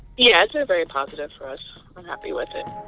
yeah, it's been very positive for us. i'm happy with it.